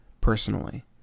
personally